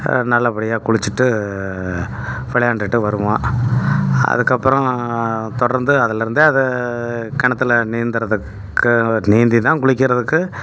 நல்லபடியாக குளிச்சுட்டு விளையாண்டுகிட்டு வருவோம் அதுக்கப்புறம் தொடர்ந்து அதில் இருந்தே அதை கிணத்துல நீந்துகிறதுக்கு நீந்தி தான் குளிக்கிறதுக்கு